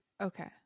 Okay